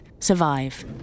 survive